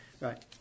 right